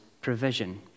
provision